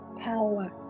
power